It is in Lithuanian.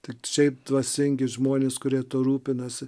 tik šiaip dvasingi žmonės kurie tuo rūpinasi